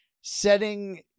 setting